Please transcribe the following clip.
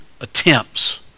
attempts